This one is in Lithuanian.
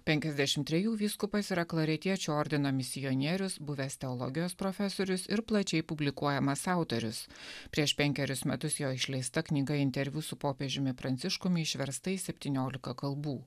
penkiasdešim trejų vyskupais yra klaretiečių ordino misionierius buvęs teologijos profesorius ir plačiai publikuojamas autorius prieš penkerius metus jo išleista knyga interviu su popiežiumi pranciškumi išverstai į septyniolika kalbų